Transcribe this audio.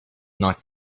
not